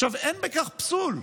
עכשיו, אין בכך פסול,